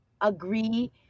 agree